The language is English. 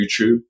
YouTube